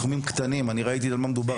אני ראיתי במה מדובר,